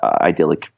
idyllic